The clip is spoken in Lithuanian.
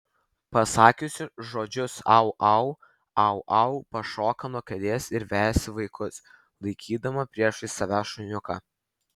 pasakiusi žodžius au au au au pašoka nuo kėdės ir vejasi vaikus laikydama priešais save šuniuką